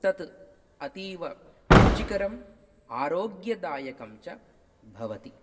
तत् अतीवरुचिकरम् आरोग्यदायकं च भवति